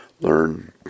learn